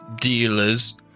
dealers